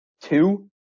two